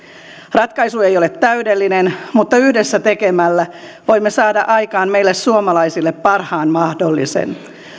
ratkaisu ei ole täydellinen mutta yhdessä tekemällä voimme saada aikaan meille suomalaisille parhaan mahdollisen